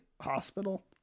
hospital